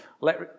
let